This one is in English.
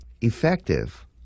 effective